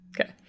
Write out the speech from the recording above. Okay